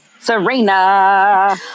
Serena